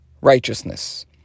righteousness